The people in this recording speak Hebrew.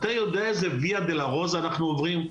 אתה יודע איזה ויה דולורוזה אנחנו עוברים?